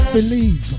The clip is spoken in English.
Believe